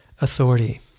authority